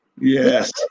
Yes